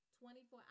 24